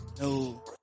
no